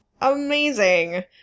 Amazing